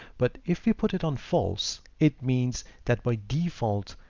but if you put it on false, it means that by default,